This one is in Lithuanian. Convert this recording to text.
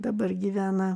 dabar gyvena